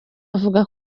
akavuga